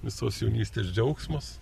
visos jaunystės džiaugsmas